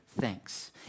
thanks